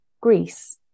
Greece